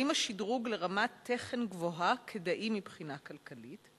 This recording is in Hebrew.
1. האם השדרוג לרמת תֶכֶן גבוהה כדאי מבחינה כלכלית?